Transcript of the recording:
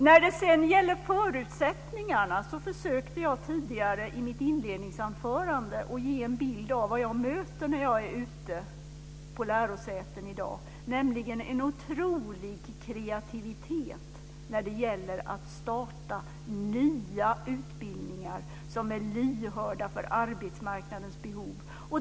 När det sedan gäller förutsättningarna försökte jag tidigare i mitt inledningsanförande att ge en bild av vad jag möter när jag är ute på lärosäten i dag, nämligen en otrolig kreativitet när det gäller att starta nya utbildningar som är lyhörda för arbetsmarknadens behov.